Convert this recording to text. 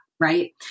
right